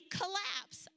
collapse